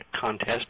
Contest